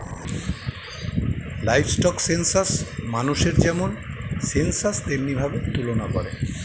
livestock census মানুষের যেমন census তেমনি ভাবে তুলনা করে